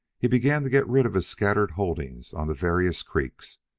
he began to get rid of his scattered holdings on the various creeks,